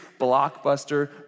blockbuster